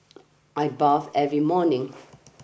I bathe every morning